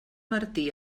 martí